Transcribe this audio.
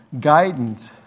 guidance